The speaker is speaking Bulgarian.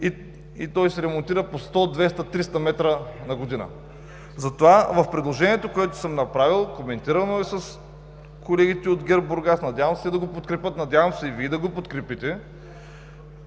и той се ремонтира по 100, 200, 300 м на година. Затова в предложението, което съм направил, коментирано е с колегите от ГЕРБ – Бургас. Надявам се да го подкрепят, надявам се и Вие да го подкрепите,